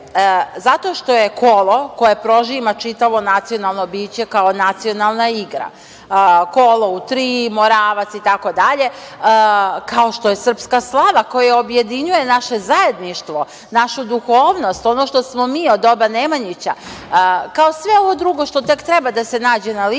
zato što je kolo koje prožima čitavo nacionalno biće kao nacionalna igra, kolo u tri, Moravac, itd, kao što je srpska slava koja objedinjuje naše zajedništvo, našu duhovnost, ono što smo mi od doba Nemanjića, kao sve ovo drugo koje tek treba da se nađe na listi,